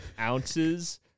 ounces